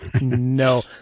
no